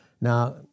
Now